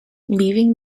leaving